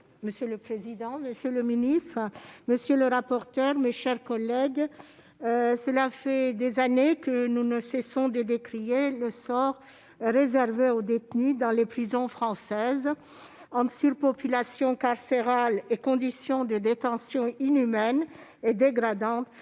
Monsieur le président, monsieur le garde des sceaux, mes chers collègues, cela fait des années que nous ne cessons de décrier le sort réservé aux détenus dans les prisons françaises. Entre surpopulation carcérale et conditions de détention inhumaines et dégradantes,